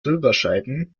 silberscheiben